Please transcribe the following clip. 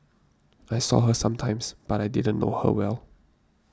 I saw her sometimes but I didn't know her well